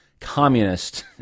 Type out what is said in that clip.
communist